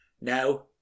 Now